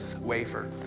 wafer